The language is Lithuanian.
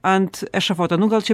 ant ešafoto nu gal čia